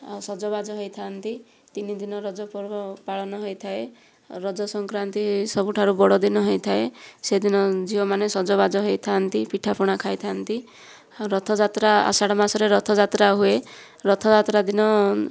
ଆଉ ସଜବାଜ ହୋଇଥାନ୍ତି ତିନିଦିନ ରଜପର୍ବ ପାଳନ ହୋଇଥାଏ ଆଉ ରଜସଂକ୍ରାନ୍ତି ସବୁଠାରୁ ବଡ଼ ଦିନ ହୋଇଥାଏ ସେ'ଦିନ ଝିଅମାନେ ସଜବାଜ ହୋଇଥାନ୍ତି ପିଠାପଣା ଖାଇଥାନ୍ତି ଆଉ ରଥଯାତ୍ରା ଆଷାଢ଼ ମାସରେ ରଥଯାତ୍ରା ହୁଏ ରଥଯାତ୍ରା ଦିନ